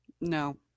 No